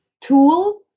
tool